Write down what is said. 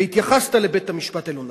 והתייחסת לבית-המשפט העליון.